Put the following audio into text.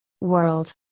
world